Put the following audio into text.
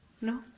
No